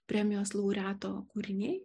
premijos laureato kūriniai